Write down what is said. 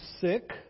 sick